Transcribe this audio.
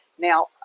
Now